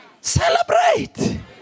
Celebrate